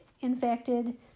infected